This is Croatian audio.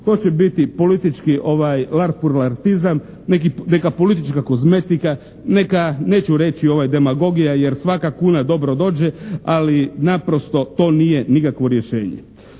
to će biti politički larpulartizam, neka politička kozmetika, neka neću reći ovo je demagogija jer svaka kuna dobro dođe, ali naprosto to nije nikakvo rješenje.